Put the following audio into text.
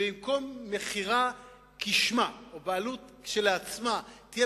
ואם כל מכירה כשמה או בעלות כשלעצמה תהיה